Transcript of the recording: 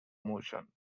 motion